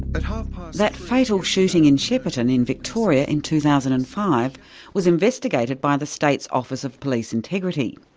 but that fatal shooting in shepparton in victoria in two thousand and five was investigated by the state's office of police integrity.